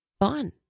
fun